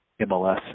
MLS